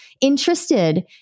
interested